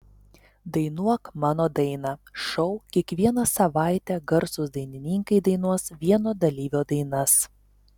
dainuok mano dainą šou kiekvieną savaitę garsūs dainininkai dainuos vieno dalyvio dainas